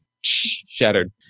Shattered